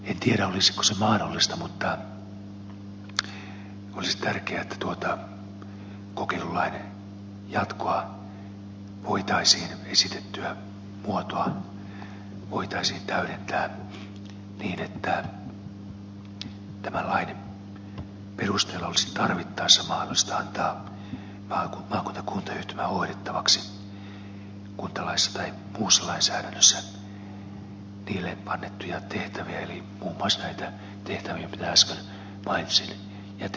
en tiedä olisiko se mahdollista mutta olisi tärkeää että tuota kokeilulain jatkon esitettyä muotoa voitaisiin täydentää niin että tämän lain perusteella olisi tarvittaessa mahdollista antaa maakunta kuntayhtymän hoidettavaksi kuntalaissa tai muussa lainsäädännössä kunnille annettuja tehtäviä eli muun muassa näitä tehtäviä mitä äsken mainitsin jätehuoltoon tai pelastukseen liittyen